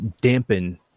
dampen